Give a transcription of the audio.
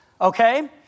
okay